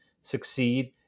succeed